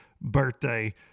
birthday